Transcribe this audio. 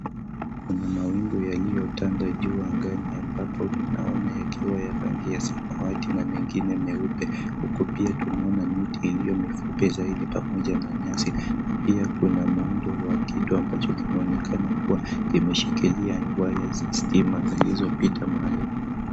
Kuna mawingu yaliyotanda juu angani ambapo tunaona yakiwa ya rangi ya samawati na mengine meupe, huku pia tunaona miti iliyo mifupi zaidi pamoja na nyasi. Pia kuna muundo wa kitu ambacho kinaonekana kuwa kimeshikilia waya za stima zilizopita mahali hapo.